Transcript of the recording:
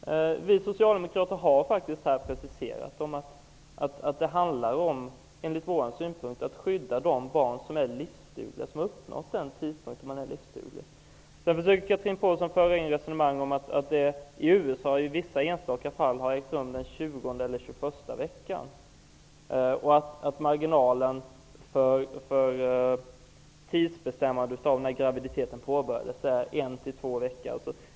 Vi socialdemokrater har preciserat att det enligt vår synpunkt handlar om att skydda de barn som är livsdugliga, som har uppnått den tidpunkt då man är livsduglig. Här försöker Chatrine Pålsson att föra in resonemang om att det i USA, i vissa enstaka fall, har fötts barn i tjugonde eller tjugoförsta graviditetsveckan och att felmarginalen för tidsbestämmande av när graviditeten påbörjades är en--två veckor.